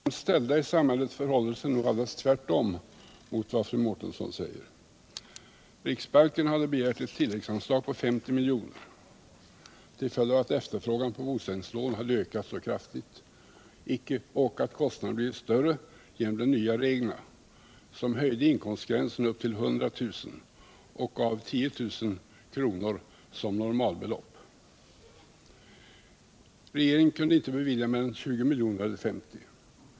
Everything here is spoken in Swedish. Herr talman! I fråga om de sämst ställda i samhället förhåller det sig alldeles tvärtom mot vad fru Mårtensson säger. Riksbanken hade begärt ett tilläggsanslag på 50 milj.kr. därför att efterfrågan på bosättningslån hade ökat mycket kraftigt och kostnaderna hade blivit större genom de nya reglerna, som höjde inkomstgränsen till 100 000 kr. och gav 10000 kr. som normalbelopp. Regeringen kunde inte bevilja mer än 20 miljoner av de begärda 50 miljonerna.